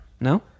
no